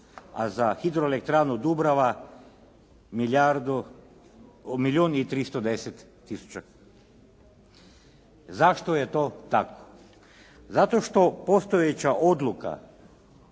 a za hidroelektranu Dubrava milijun i 310 tisuća. Zašto je to tako? Zato što postojeća odluka